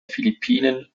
philippinen